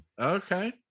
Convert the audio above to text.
Okay